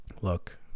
look